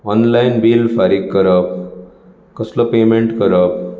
online bill फारीक करप कसलो पेमेंट करप